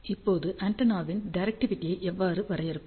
இப்போது ஆண்டெனாவின் டிரெக்டிவிடியை எவ்வாறு வரையறுப்பது